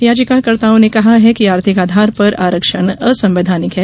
याचिकाओं में कहा गया है कि आर्थिक आधार पर आरक्षण असंवैधानिक है